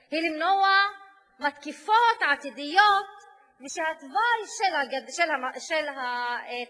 היא למנוע תקיפות עתידיות ושהתוואי של הטרמינל